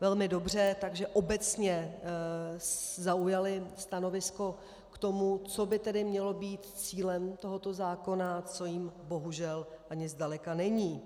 velmi dobře, tak že obecně zaujali stanovisko k tomu, co by tedy mělo být cílem tohoto zákona a co jím bohužel ani zdaleka není.